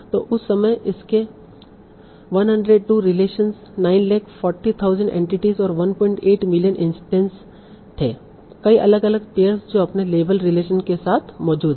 तो उस समय इसमें 102 रिलेशन 940000 एंटिटीस और 18 मिलियन इंस्टैंस थे कई अलग अलग पेयर्स जो अपने लेबल रिलेशन के साथ मौजूद हैं